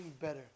better